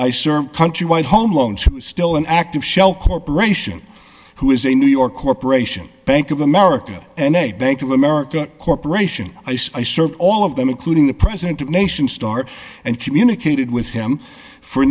i served countrywide home loans who is still an active shell corporation who is a new york corporation bank of america and a bank of america corp i serve all of them include the president of nations start and communicated with him for